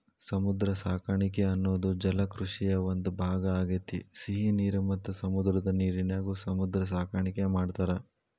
ಸಮುದ್ರ ಸಾಕಾಣಿಕೆ ಅನ್ನೋದು ಜಲಕೃಷಿಯ ಒಂದ್ ಭಾಗ ಆಗೇತಿ, ಸಿಹಿ ನೇರ ಮತ್ತ ಸಮುದ್ರದ ನೇರಿನ್ಯಾಗು ಸಮುದ್ರ ಸಾಕಾಣಿಕೆ ಮಾಡ್ತಾರ